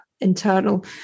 internal